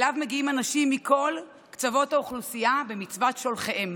אליו מגיעים אנשים מכל קצוות האוכלוסייה במצוות שולחיהם